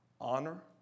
honor